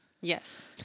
Yes